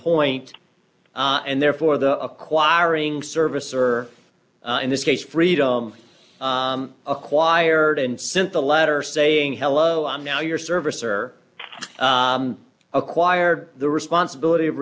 point and therefore the acquiring service or and this case freedom acquired and since the latter saying hello i'm now your service or acquire the responsibility of